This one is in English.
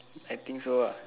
I think so ah